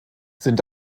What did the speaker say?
sind